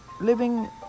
living